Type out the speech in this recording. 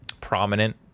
prominent